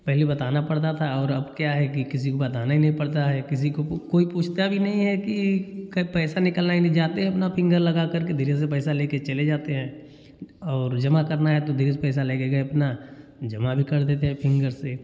पहले बताना पड़ता था और अब क्या है कि किसी को बताना ही नहीं पड़ता है किसी को कोई पूछता भी नहीं है कि क पैसा निकालना ही नहीं जाते हैं अपना फींगर लगाकर के धीरे से पैसा लेके चले जाते हैं और जमा करना है तो धीरे से पैसा लेके गए अपना जमा भी कर देते हैं फींगर से